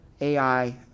AI